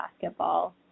basketball